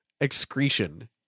excretion